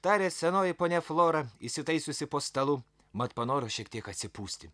tarė senoji ponia flora įsitaisiusi po stalu mat panoro šiek tiek atsipūsti